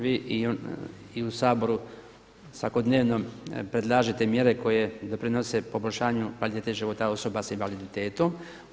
Vi i u Saboru svakodnevno predlažete mjere koje doprinose poboljšanju kvalitete života osoba s invaliditetom.